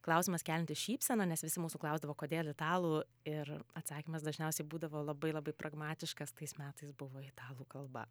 klausimas keliantis šypseną nes visi mūsų klausdavo kodėl italų ir atsakymas dažniausiai būdavo labai labai pragmatiškas tais metais buvo italų kalba